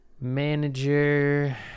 manager